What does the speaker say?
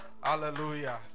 Hallelujah